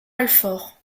alfort